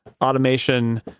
automation